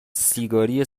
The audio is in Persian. سیگاری